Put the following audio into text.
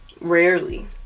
Rarely